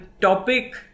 topic